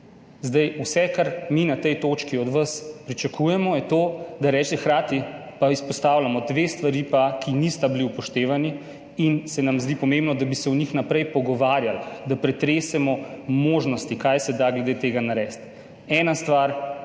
Vse, kar mi na tej točki od vas pričakujemo, je to, da rečete, hkrati pa izpostavljamo dve stvari, ki pa nista bili upoštevani in se nam zdi pomembno, da bi se o njih naprej pogovarjali, da pretresemo možnosti, kaj se da glede tega narediti. Ena stvar